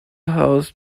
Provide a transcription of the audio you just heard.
house